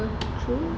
true